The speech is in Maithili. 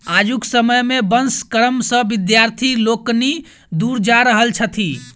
आजुक समय मे वंश कर्म सॅ विद्यार्थी लोकनि दूर जा रहल छथि